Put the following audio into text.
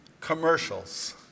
commercials